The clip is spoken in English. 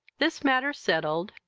this matter settled,